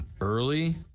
early